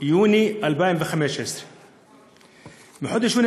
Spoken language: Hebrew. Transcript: יוני 2015. בחודש יוני